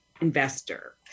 investor